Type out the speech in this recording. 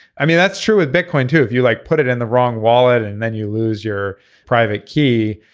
i mean that's true with bitcoin too if you like put it in the wrong wallet and then you lose your private key.